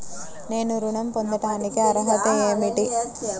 నేను ఋణం పొందటానికి అర్హత ఏమిటి?